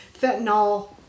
fentanyl